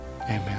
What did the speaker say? Amen